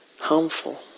harmful